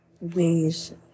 ways